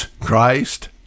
Christ